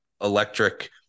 electric